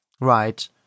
Right